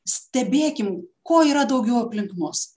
stebėkim ko yra daugiau aplink mus